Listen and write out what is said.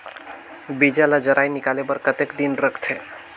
बीजा ला जराई निकाले बार कतेक दिन रखथे?